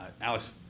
Alex